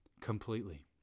Completely